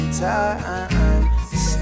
time